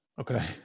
Okay